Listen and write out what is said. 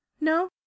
No